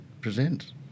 presents